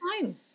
fine